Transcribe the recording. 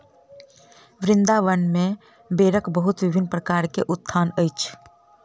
वृन्दावन में बेरक बहुत विभिन्न प्रकारक उद्यान अछि